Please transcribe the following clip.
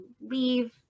leave